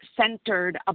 centered